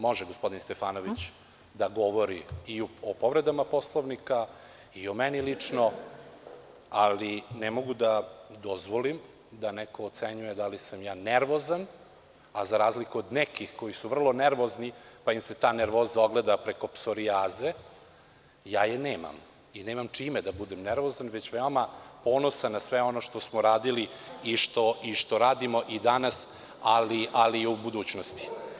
Može gospodin Stefanović da govori i o povredama Poslovnika i o meni lično, ali ne mogu da dozvolim da neko ocenjuje da li sam ja nervozan, a za razliku od nekih koji su vrlo nervozni, pa im se ta nervoza ogleda preko psorijaze, ja je nemam i nemam čime da budem nervozan, već veoma ponosan na sve ono što smo radili i što radimo i danas, ali i u budućnosti.